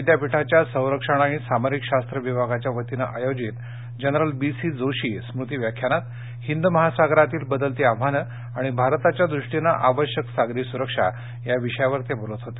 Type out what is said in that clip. पुणे विद्यापीठाच्या संरक्षण आणि सामरीक शास्न विभागाच्या वतीनं आयोजित जनरल बी सी जोशी स्मृती व्याख्यानात हिंद महासागरातील बदलती आव्हानं आणि भारताच्या दृष्टीने आवश्यक सागरी सुरक्षा या विषयावर ते बोलत होते